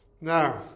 Now